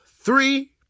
three